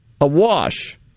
awash